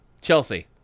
Chelsea